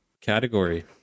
category